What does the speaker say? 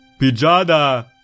Pijada